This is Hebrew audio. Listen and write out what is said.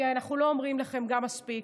כי אנחנו לא אומרים גם לכם מספיק.